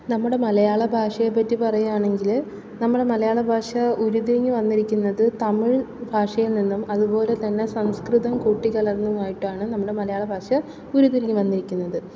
നമ്മുടെ മലയാളഭാഷയെ പറ്റി പറയുകയാണെങ്കില് നമ്മുടെ മലയാളഭാഷ ഉരുതിരിഞ്ഞ് വന്നിരിക്കുന്നത് തമിഴ് ഭാഷയിൽ നിന്നും അതുപോലെത്തന്നെ സംസ്കൃതം കൂട്ടിക്കലർന്നുമായിട്ടാണ് നമ്മുടെ മലയാളഭാഷ ഉരുത്തിരിഞ്ഞ് വന്നിരിക്കുന്നത്